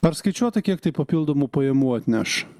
ar skaičiuota kiek tai papildomų pajamų atneš